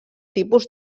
tipus